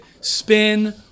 spin